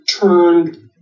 turned